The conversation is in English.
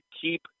keep